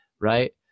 right